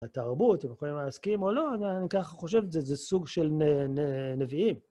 התרבות, הם יכולים להסכים או לא, אני ככה חושב את זה, זה סוג של נביאים.